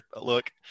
look